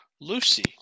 Lucy